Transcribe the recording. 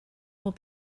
will